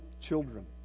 children